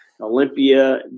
Olympia